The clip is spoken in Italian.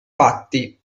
fatti